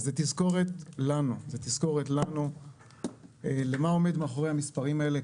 זו תזכורת לנו למה עומד מאחורי המספרים האלה,